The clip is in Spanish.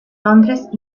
londres